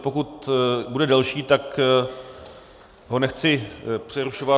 Pokud bude delší, tak ho nechci přerušovat...